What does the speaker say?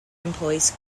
employs